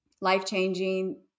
life-changing